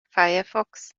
firefox